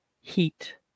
heat